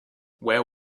where